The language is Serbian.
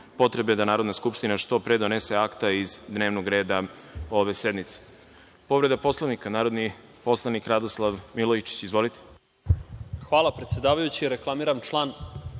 potrebe da Narodna skupština što pre donese akta iz dnevnog reda ove sednice. Povreda Poslovnika, narodni poslanik Radoslav Milojičić. Izvolite. **Radoslav Milojičić** Hvala predsedavajući. Reklamiram član